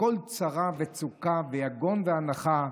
מכל צרה וצוקה ויגון ואנחה,